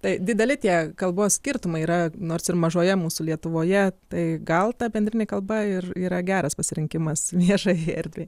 tai dideli tie kalbos skirtumai yra nors ir mažoje mūsų lietuvoje tai gal ta bendrinė kalba ir yra geras pasirinkimas viešai erdvei